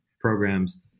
programs